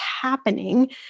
happening